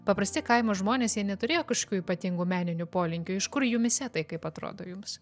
paprasti kaimo žmonės jie neturėjo kažkokių ypatingų meninių polinkių iš kur jumyse tai kaip atrodo jums